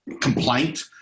complaint